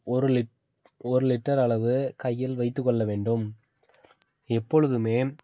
ஒரு லிட் ஒரு லிட்டர் அளவு கையில் வைத்துக்கொள்ள வேண்டும் எப்பொழுதுமே